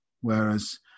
whereas